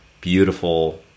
beautiful